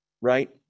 right